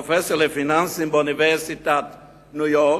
פרופסור לפיננסים באוניברסיטת ניו-יורק,